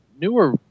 newer